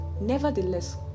nevertheless